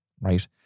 right